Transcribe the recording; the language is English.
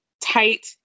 tight